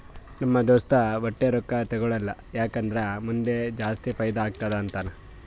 ನಮ್ ದೋಸ್ತ ವಟ್ಟೆ ರೊಕ್ಕಾ ತೇಕೊಳಲ್ಲ ಯಾಕ್ ಅಂದುರ್ ಮುಂದ್ ಜಾಸ್ತಿ ಫೈದಾ ಆತ್ತುದ ಅಂತಾನ್